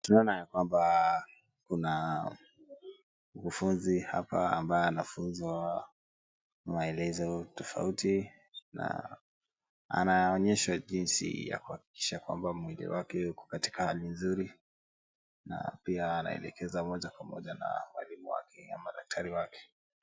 Tunaona ya kwamba kuna mkufunzi hapa anayefunzwa maelezo tofauti na anaonyesha jinsi ya kuonyesha kwamba mojawake iko katika hali nzuri na pia anaelekeza moja kwa moja na mwalimu wake ama daktari wake.